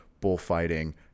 bullfighting